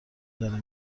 داره